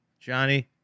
Johnny